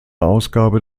ausgabe